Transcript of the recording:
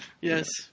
Yes